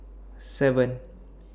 seven